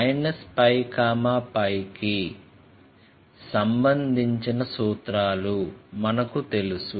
π π కి సంబంధించిన సూత్రాలు మనకు తెలుసు